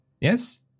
Yes